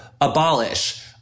abolish